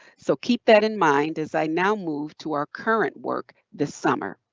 so keep that in mind as i now move to our current work this summer.